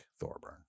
Thorburn